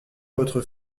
votre